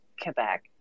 Quebec